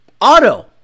auto